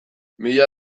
mila